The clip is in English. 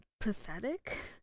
pathetic